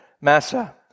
Massa